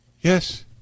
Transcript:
Yes